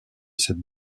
cette